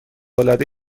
العاده